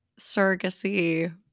surrogacy